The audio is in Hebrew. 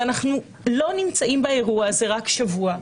ואנחנו לא נמצאים באירוע הזה רק שבוע,